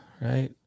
right